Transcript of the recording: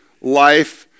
life